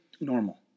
normal